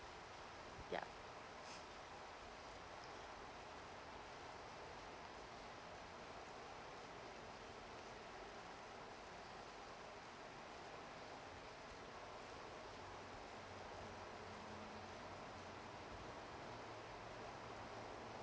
yeah